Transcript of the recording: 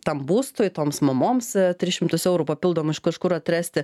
tam būstui toms mamoms tris šimtus eurų papildomų iš kažkur atrasti